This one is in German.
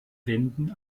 wenden